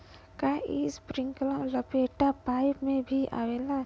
का इस्प्रिंकलर लपेटा पाइप में भी आवेला?